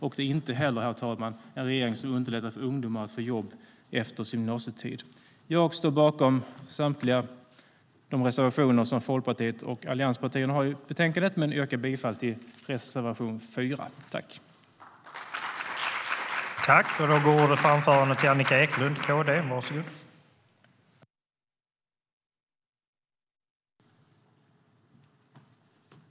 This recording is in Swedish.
Det är inte heller, herr talman, en regering som underlättar för ungdomar att få jobb efter sin gymnasietid.I detta anförande instämde Roger Haddad .